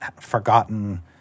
forgotten